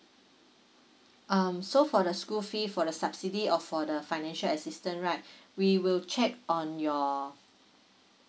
um so for the school fee for the subsidy or for the financial assistance right we will check on your